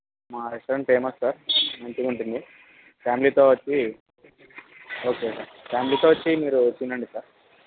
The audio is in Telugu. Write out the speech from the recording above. మా రెస్టారెంట్ ఫేమస్ సార్ మంచిగా ఉంటుంది ఫ్యామిలీతో వచ్చి ఓకే సార్ ఫ్యామిలీతో వచ్చి మీరు తినండి సార్